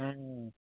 ꯎꯝ